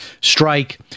strike